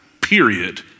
period